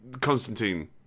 Constantine